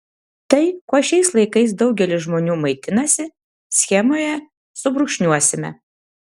tai kuo šiais laikais daugelis žmonių maitinasi schemoje subrūkšniuosime